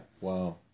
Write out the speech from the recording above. Wow